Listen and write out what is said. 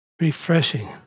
Refreshing